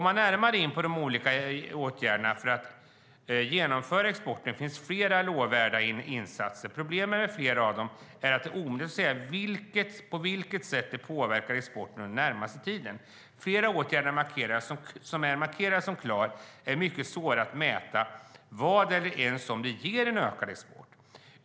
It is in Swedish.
Vid närmare genomgång av åtgärderna för att genomföra exporten finns flera lovvärda insatser. Problemet med flera av dem är att det är omöjligt att säga på vilket sätt de påverkar exporten den närmaste tiden. Flera åtgärder som är markerade som klara är mycket svåra att mäta, det vill säga vad eller ens om de ger ökad export.